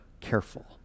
careful